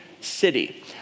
city